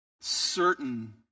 certain